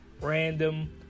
Random